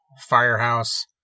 Firehouse